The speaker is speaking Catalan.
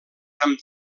amb